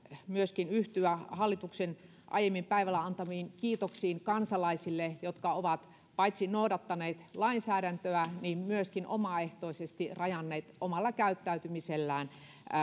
myöskin yhtyä hallituksen aiemmin päivällä antamiin kiitoksiin kansalaisille jotka ovat paitsi noudattaneet lainsäädäntöä myöskin omaehtoisesti rajanneet omalla käyttäytymisellään